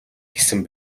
гэсэн